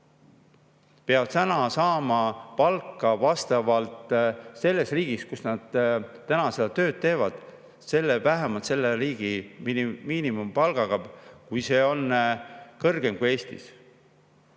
peavad täna saama palka nagu selles riigis, kus nad seda tööd teevad, vähemalt selle riigi miinimumpalga, kui see on kõrgem kui Eestis.